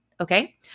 Okay